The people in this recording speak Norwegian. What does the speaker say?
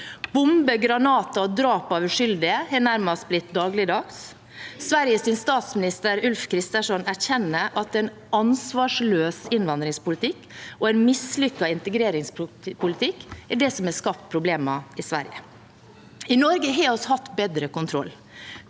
Bomber, granater og drap på uskyldige er nærmest blitt dagligdags. Sveriges statsminister, Ulf Kristersson, erkjenner at en ansvarsløs innvandringspolitikk og en mislykket integreringspolitikk er det som har skapt problemene i Sverige. I Norge har vi hatt bedre kontroll,